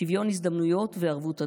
שוויון הזדמנויות וערבות הדדית.